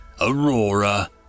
Aurora